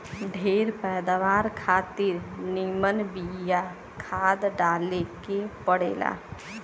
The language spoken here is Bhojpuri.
ढेर पैदावार खातिर निमन बिया खाद डाले के पड़ेला